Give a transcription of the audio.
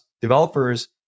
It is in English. developers